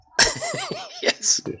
Yes